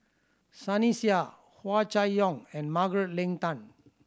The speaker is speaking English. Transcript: Sunny Sia Hua Chai Yong and Margaret Leng Tan